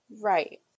Right